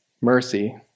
mercy